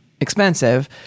expensive